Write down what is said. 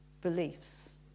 beliefs